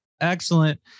Excellent